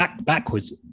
Backwards